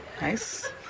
Nice